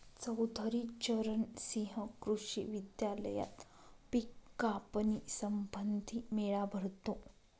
चौधरी चरण सिंह कृषी विद्यालयात पिक कापणी संबंधी मेळा भरतो